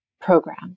program